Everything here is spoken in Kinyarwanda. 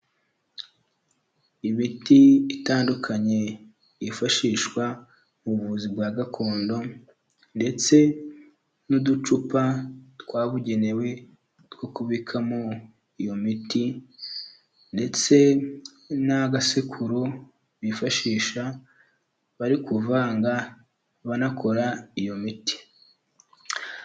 Imiti itandukanye yifashishwa mu buvuzi bwa gakondo, ndetse n'uducupa twabugenewe two kubikamo iyo miti, ndetse n'agasekururo bifashisha bari kuvanga banakora iyo miti.